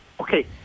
okay